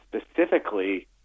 specifically